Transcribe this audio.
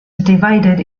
divided